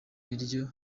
niryo